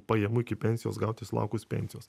pajamų iki pensijos gauti sulaukus pensijos